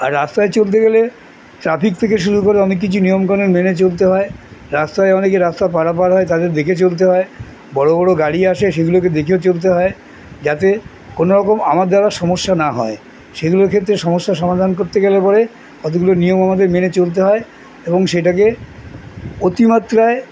আর রাস্তায় চলতে গেলে ট্রাফিক থেকে শুরু করে অনেক কিছু নিয়মকানুন মেনে চলতে হয় রাস্তায় অনেকে রাস্তা পারাপার হয় তাদের দেখে চলতে হয় বড়ো বড়ো গাড়ি আসে সেগুলোকে দেখেও চলতে হয় যাতে কোনোরকম আমার দ্বারা সমস্যা না হয় সেগুলোর ক্ষেত্রে সমস্যার সমাধান করতে গেলে পরে কতগুলো নিয়ম আমাদের মেনে চলতে হয় এবং সেটাকে অতিমাত্রায়